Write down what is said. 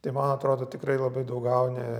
tai man atrodo tikrai labai daug gauni